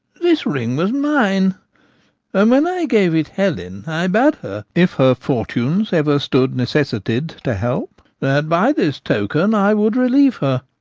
this ring was mine and when i gave it helen i bade her, if her fortunes ever stood necessitied to help, that by this token i would relieve her.